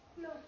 No